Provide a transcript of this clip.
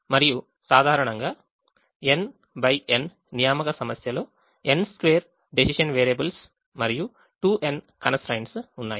మరియు సాధారణంగా n x n assignment ప్రాబ్లెమ్లో n స్క్వేర్ డెసిషన్ వేరియబుల్స్ మరియు 2n కన్స్ ట్రైన్ట్స్ ఉన్నాయి